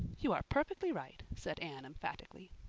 you are perfectly right, said anne emphatically.